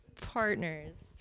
partners